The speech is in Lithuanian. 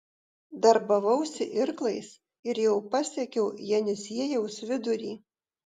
darbavausi irklais ir jau pasiekiau jenisiejaus vidurį